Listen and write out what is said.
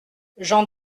j’en